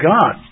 God